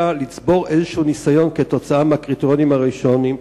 אלא לצבור ניסיון כלשהו מהקריטריונים הראשונים,